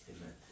Amen